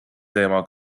teema